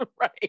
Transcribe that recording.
Right